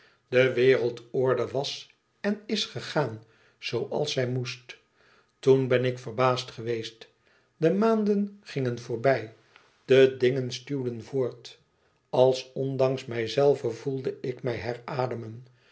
de wereldorde was en is gegaan zooals zij moest toen ben ik verbaasd geweest de maanden gingen voorbij de dingen stuwden voort als ondanks mijzelven voelde ik mij herademen